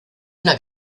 una